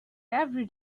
every